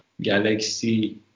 galaxy